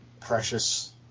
precious